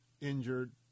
injured